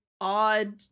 odd